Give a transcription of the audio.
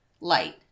light